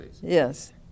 Yes